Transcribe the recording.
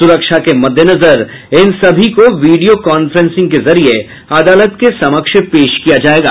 सुरक्षा के मद्देनजर इन सभी को वीडियो कांफ्रेंसिंग के जरिये अदालत के समक्ष पेश किया जायेगा